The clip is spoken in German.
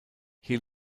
hier